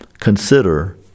Consider